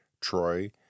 Troy